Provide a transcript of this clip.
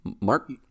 Mark